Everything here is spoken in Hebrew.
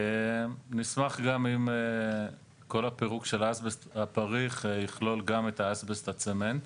נשמח גם אם כל הפירוק של האסבסט הפריך יכלול גם את האסבסט הצמנט,